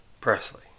Presley